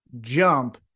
jump